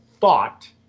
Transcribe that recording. thought